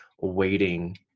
Waiting